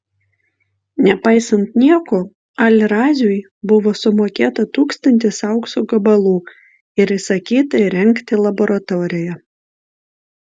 nepaisant nieko al raziui buvo sumokėta tūkstantis aukso gabalų ir įsakyta įrengti laboratoriją